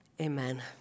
Amen